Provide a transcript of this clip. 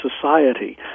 society